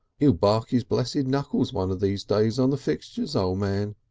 he'll bark his blessed knuckles one of these days on the fixtures, o' man.